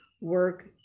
work